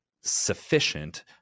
sufficient